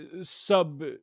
sub